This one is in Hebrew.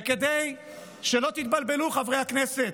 וכדי שלא תתבלבלו, חברי הכנסת,